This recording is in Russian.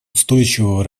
устойчивого